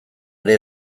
ere